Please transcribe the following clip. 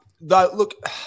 Look